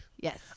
Yes